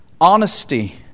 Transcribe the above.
Honesty